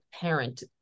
parent